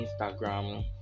instagram